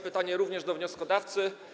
Pytanie również do wnioskodawcy.